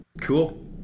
cool